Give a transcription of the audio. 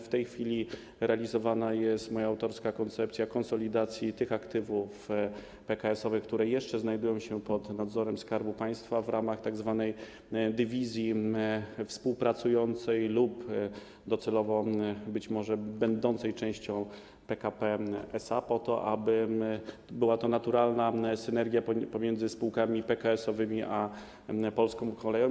W tej chwili realizowana jest moja autorska koncepcja konsolidacji tych aktywów PKS-owych, które jeszcze znajdują się pod nadzorem Skarbu Państwa, w ramach tzw. dywizji współpracującej lub docelowo być może będącej częścią PKP SA po to, aby była naturalna synergia między spółkami PKS-owymi a polską koleją.